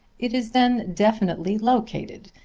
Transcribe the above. it is then definitely located,